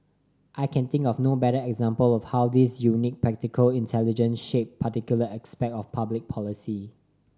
I can think of no better example of how his unique practical intelligence shaped particular aspect of public policy